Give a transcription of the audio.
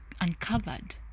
uncovered